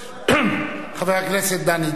חבר הכנסת דני דנון,